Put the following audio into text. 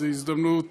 זו הזדמנות